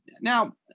Now